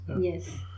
Yes